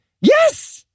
Yes